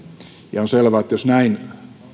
on selvää että jos näin